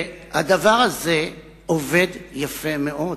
והדבר הזה עובד יפה מאוד,